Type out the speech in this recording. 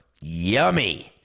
Yummy